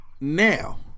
now